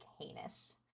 heinous